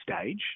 stage